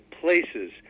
places